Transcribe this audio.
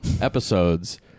Episodes